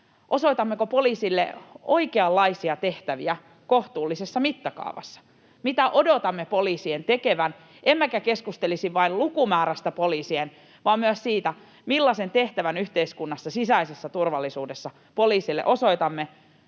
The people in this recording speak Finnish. osoitammeko poliisille oikeanlaisia tehtäviä kohtuullisessa mittakaavassa siihen, mitä odotamme poliisien tekevän, emmekä keskustelisi vain poliisien lukumäärästä, vaan myös siitä, millaisen tehtävän yhteiskunnassa sisäisessä turvallisuudessa poliisille osoitamme